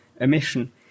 emission